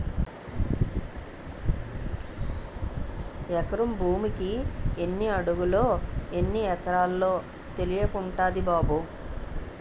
ఎకరం భూమికి ఎన్ని అడుగులో, ఎన్ని ఎక్టార్లో తెలియకుంటంది బాబూ